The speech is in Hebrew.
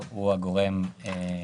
ש-25 אגורות יעוגלו כלפי מטה.